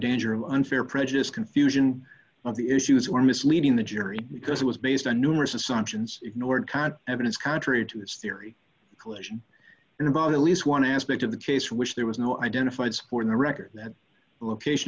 danger of unfair prejudice confusion of the issues or misleading the jury because it was based on numerous assumptions ignored evidence contrary to his theory collision in about at least one aspect of the case for which there was no identified score in the record that location